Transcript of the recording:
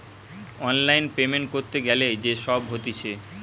online payment ক্যরতে গ্যালে যে সব হতিছে